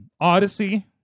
odyssey